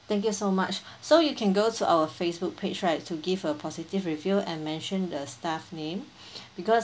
thank you so much so you can go to our Facebook page right to give a positive review and mention the staff name because